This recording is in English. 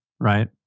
Right